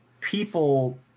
people